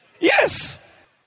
yes